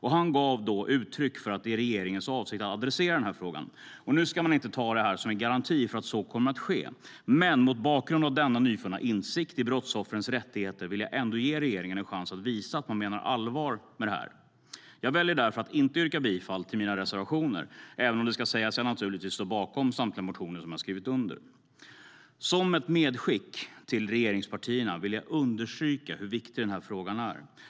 Han gav då uttryck för att det är regeringens avsikt att adressera frågan. Nu ska man inte ta detta som en garanti för att så kommer att ske, men mot bakgrund av denna nyfunna insikt i brottsoffrens rättigheter vill jag ändå ge regeringen en chans att visa att man menar allvar med detta. Jag väljer därför att inte yrka bifall till mina reservationer, även om det ska sägas att jag naturligtvis står bakom samtliga motioner som jag har skrivit under. Som ett medskick till regeringspartierna vill jag understryka hur viktig denna fråga är.